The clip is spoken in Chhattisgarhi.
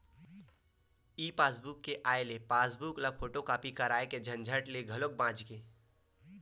ई पासबूक के आए ले पासबूक ल फोटूकापी कराए के झंझट ले घलो बाच गे